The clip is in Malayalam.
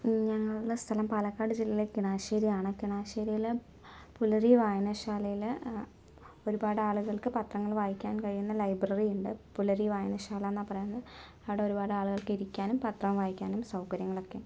ഞങ്ങളുടെ സ്ഥലം പാലക്കാട് ജില്ല കിണാശ്ശേരിയാണ് കിണാശ്ശേരിയിലെ പുലരി വായനശാലയിലെ ഒരുപാട് ആളുകൾക്ക് പത്രങ്ങൾ വായിക്കാൻ കഴിയുന്ന ലൈബ്രറി ഉണ്ട് പുലരി വായനശാല എന്നാണ് പറയുന്നത് അവിടെ ഒരുപാട് ആളുകൾക്ക് ഇരിക്കാനും പത്രം വായിക്കാനും സൗകര്യങ്ങളൊക്കെ ഉണ്ട്